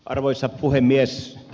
arvoisa puhemies